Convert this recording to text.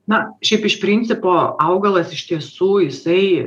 na šiaip iš principo augalas iš tiesų jisai